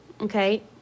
Okay